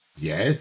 Yes